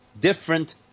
different